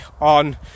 on